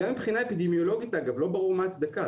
גם מבחינה אפידמיולוגית, אגב, לא ברור מה ההצדקה.